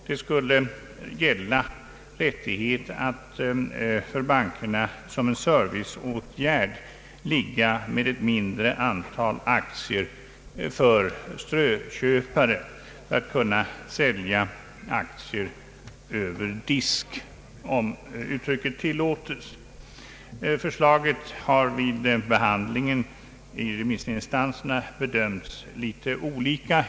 Vad som föreslagits är rättighet för bankerna att som en serviceåtgärd inneha ett mindre antal aktier för strököpare — att kunna sälja aktier över disk, om uttrycket tilllåtes. Förslaget har vid behandlingen i remissinstanserna bedömts litet olika.